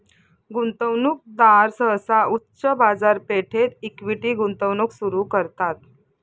गुंतवणूकदार सहसा उच्च बाजारपेठेत इक्विटी गुंतवणूक सुरू करतात